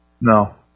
No